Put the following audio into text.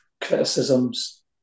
criticisms